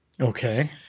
Okay